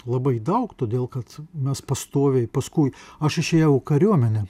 labai daug todėl kad mes pastoviai paskui aš išėjau į kariuomenę